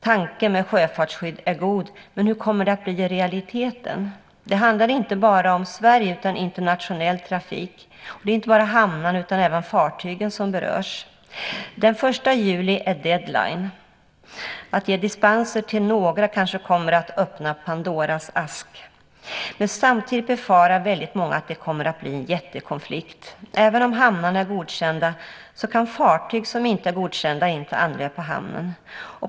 Tanken med sjöfartsskydd är god, men hur kommer det att bli i realiteten? Det handlar inte bara om Sverige utan om internationell trafik. Det är inte bara hamnarna utan även fartygen som berörs. Den 1 juli är deadline. Att ge dispenser till några kanske kommer att öppna Pandoras ask. Samtidigt befarar väldigt många att det kommer att bli en jättekonflikt. Även om hamnarna är godkända kan inte fartyg som inte är godkända anlöpa hamnen.